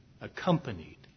accompanied